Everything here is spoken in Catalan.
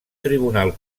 tribunal